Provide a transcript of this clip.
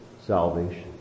salvation